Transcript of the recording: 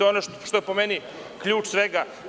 To je ono što je po meni ključ svega.